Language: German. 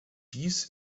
dies